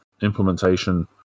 implementation